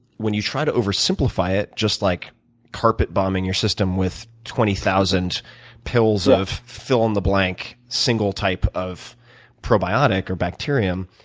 when you try to oversimplify it, just like carpet bombing your system with twenty thousand pills of fill-in-the-blank single type of probiotic or bacterium,